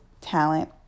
talent